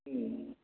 ꯎꯝ